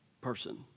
person